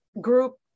group